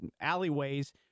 alleyways